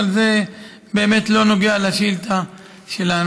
אבל זה באמת לא נוגע לשאילתה שלנו.